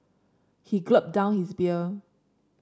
he gulped down his beer